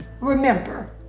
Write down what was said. Remember